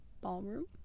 Ballroom